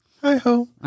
hi-ho